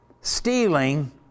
Stealing